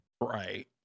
Right